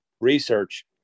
research